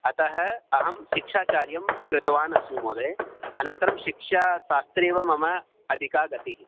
अतः अहं शिक्षाचार्यं कृतवान्नस्मि महोदय अनन्तरं शिक्षासास्त्रे एव मम अधिका गतिः